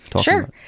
sure